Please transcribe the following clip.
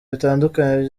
bitandukanye